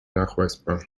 nachweisbar